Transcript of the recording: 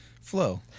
Flow